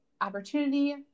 opportunity